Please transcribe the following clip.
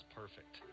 perfect